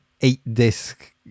eight-disc